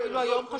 אפילו היום.